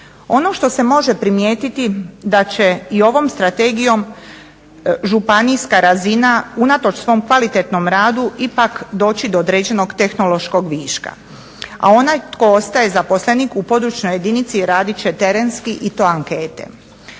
Ono što se može primijetiti da će i ovom strategijom županijska razina unatoč svom kvalitetnom radu ipak doći do određenog tehnološkog viška, a onaj tko ostaje zaposlenik u područnoj jedinici radit će terenski i to ankete